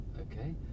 okay